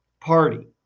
party